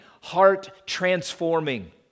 heart-transforming